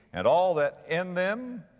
and all that in them,